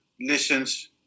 listens